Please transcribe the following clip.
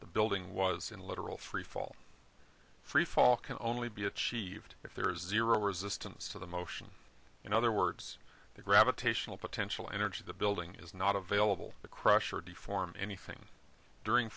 building was in literal freefall freefall can only be achieved if there is zero resistance to the motion in other words the gravitational potential energy of the building is not available to crush or deform anything during